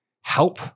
help